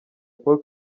paul